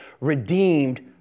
redeemed